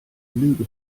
lüge